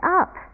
up